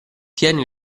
tieni